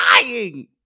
dying